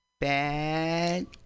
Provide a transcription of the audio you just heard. bad